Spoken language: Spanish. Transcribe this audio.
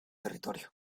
territorio